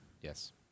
Yes